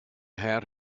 hat